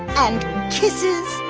and kisses,